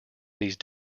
these